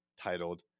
titled